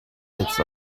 bits